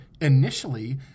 initially